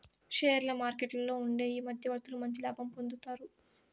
షేర్ల మార్కెట్లలో ఉండే ఈ మధ్యవర్తులు మంచి లాభం పొందుతారు